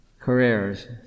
careers